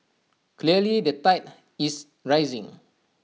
clearly the tide is rising